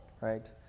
right